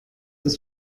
ist